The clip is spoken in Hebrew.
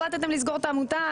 החלטתם לסגור את העמותה,